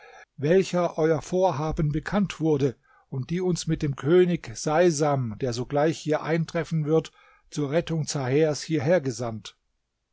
welcher euer vorhaben bekannt wurde und die uns mit dem könig seisam der sogleich hier eintreffen wird zur rettung zahers hierher gesandt